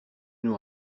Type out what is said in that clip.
nous